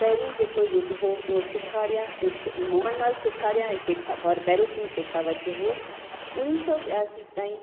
पहिरीं जेको युग हुओ हो सुखाड़िया ऐं मोहनलाल सुखाड़िया ऐं शेखा भैरव सिंग शेखावत जो हुओ ही सभु ॿियासी ताईं